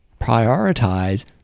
prioritize